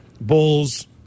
Bulls